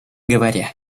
говоря